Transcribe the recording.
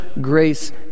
grace